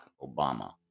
Obama